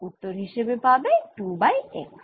উত্তর হিসেবে পাবে 2 বাই x